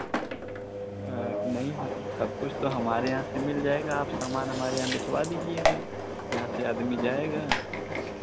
नहीं है सब कुछ तो हमारे यहाँ से मिल जाएगा आप सामान हमारे यहाँ लिखवा दीजिएगा यहाँ से आदमी जाएगा